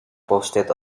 posted